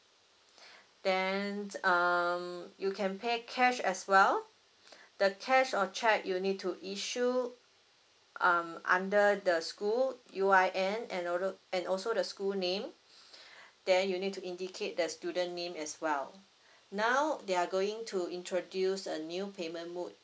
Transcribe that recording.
then um you can pay cash as well the cash or cheque you'll need to issue um under the school U_I_N and also and also the school name then you need to indicate the student name as well now they are going to introduce a new payment mode